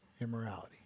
immorality